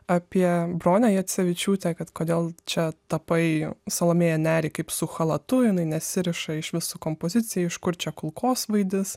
apie bronę jacevičiūtę kad kodėl čia tapai salomėją nerį kaip su chalatu jinai nesiriša iš visų kompozicijų iš kur čia kulkosvaidis